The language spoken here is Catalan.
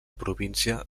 província